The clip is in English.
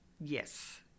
yes